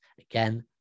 Again